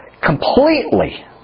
completely